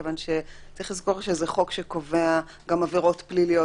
כיוון שצריך לזכור שזה חוק שקובע גם עבירות פליליות.